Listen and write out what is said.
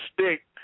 stick